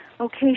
Okay